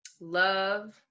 love